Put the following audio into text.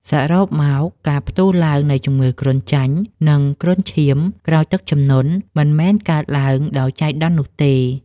សរុបមក ការផ្ទុះឡើងនៃជំងឺគ្រុនចាញ់ និងគ្រុនឈាមក្រោយទឹកជំនន់ មិនមែនកើតឡើងដោយចៃដន្យនោះទេ